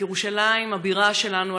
את ירושלים הבירה שלנו,